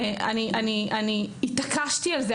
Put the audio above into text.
אני התעקשתי על זה.